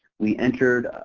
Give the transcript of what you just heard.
we entered